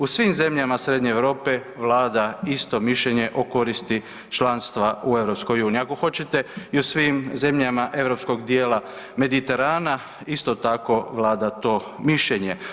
U svim zemljama Srednje Europe vlada isto mišljenje o koristi članstva u EU, ako hoćete i u svim zemljama europskog dijela Mediterana isto tako vlada to mišljenje.